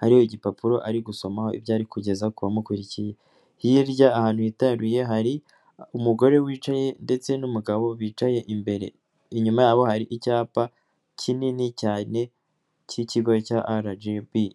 hari igipapuro ari gusoma ibyari kugeza ku bamukurikiye hirya ahantu hitaruye hari umugore wicaye ndetse n'umugabo bicaye imbere inyuma yabo hari icyapa kinini cyane cy'ikigo cya aragibi.